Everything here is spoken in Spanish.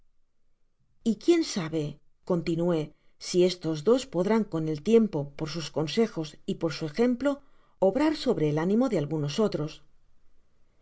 y quién sabe continuó si éstos dos podrán con el tiempo por sus consejos y por su ejemplo obrar sobre ei ánimo de algunos otros